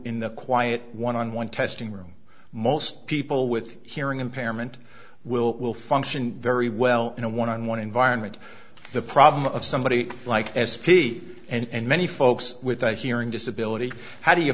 in the quiet one on one testing room most people with hearing impairment will will function very well in a one on one environment the problem of somebody like s p and many folks with a hearing disability how do you